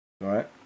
Right